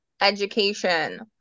education